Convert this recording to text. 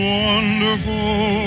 wonderful